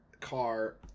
car